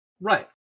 Right